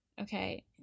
Okay